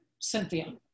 Cynthia